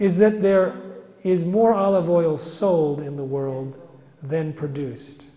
is that there is more olive oil sold in the world then produced